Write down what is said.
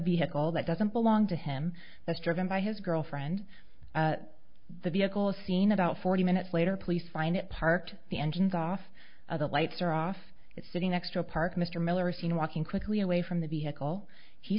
vehicle that doesn't belong to him that's driven by his girlfriend the vehicle is seen about forty minutes later police find it parked the engines off of the lights are off sitting next to a park mr miller seen walking quickly away from the vehicle he